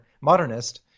modernist